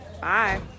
Bye